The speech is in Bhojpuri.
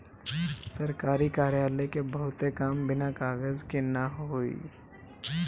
सरकारी कार्यालय क बहुते काम बिना कागज के ना होई